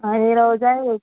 आनी रोजांय एक